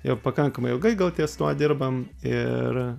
jau pakankamai ilgai gal ties tuo dirbam ir